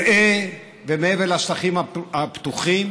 למרעה ומעבר לשטחים הפתוחים,